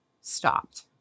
stopped